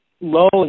low